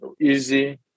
easy